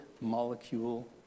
molecule